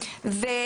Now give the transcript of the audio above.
זה בסדר, זה בסדר.